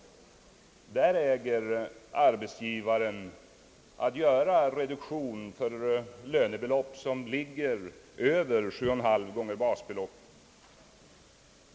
I det fallet äger arbetsgivaren göra reduktion för lönebelopp, som ligger över 7,5 gånger basbeloppet.